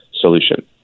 solution